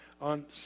on